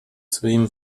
своим